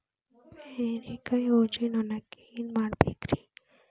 ಹೇರಿಕಾಯಾಗ ಊಜಿ ನೋಣಕ್ಕ ಏನ್ ಮಾಡಬೇಕ್ರೇ?